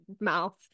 mouth